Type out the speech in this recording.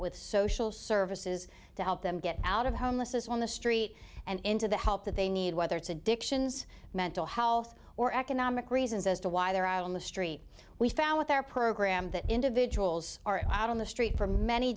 with social services to help them get out of homelessness on the street and into the help that they need whether it's addictions mental health or economic reasons as to why they're out on the street we found with our program that individuals are out on the street for many